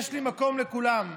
יש לי מקום לכולם.